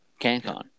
CanCon